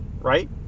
right